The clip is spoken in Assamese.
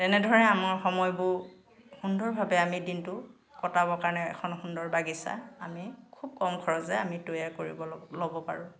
তেনেদৰে আমাৰ সময়বোৰ সুন্দৰভাৱে আমি দিনটো কটাবৰ কাৰণে এখন সুন্দৰ বাগিচা আমি খুব খৰচে আমি তৈয়াৰ কৰিব ল ল'ব পাৰোঁ